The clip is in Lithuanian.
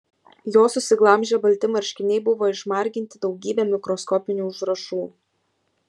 jo susiglamžę balti marškiniai buvo išmarginti daugybe mikroskopinių užrašų